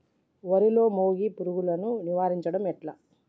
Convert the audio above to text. వరిలో మోగి పురుగును నివారించడం ఎట్లా?